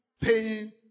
paying